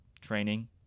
Training